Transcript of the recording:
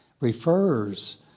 refers